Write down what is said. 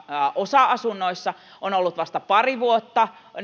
osa asunnoissa on ollut vasta pari vuotta